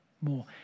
more